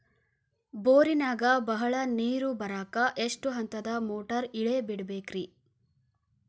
ಬೋರಿನಾಗ ಬಹಳ ನೇರು ಬರಾಕ ಎಷ್ಟು ಹಂತದ ಮೋಟಾರ್ ಇಳೆ ಬಿಡಬೇಕು ರಿ?